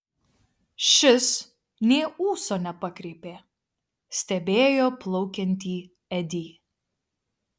šis nė ūso nepakreipė stebėjo plaukiantį edį